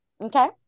okay